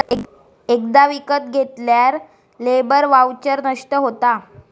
एकदा विकत घेतल्यार लेबर वाउचर नष्ट होता